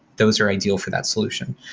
those are ideal for that solution.